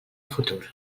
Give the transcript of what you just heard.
futur